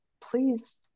please